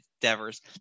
Devers